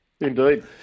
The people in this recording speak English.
Indeed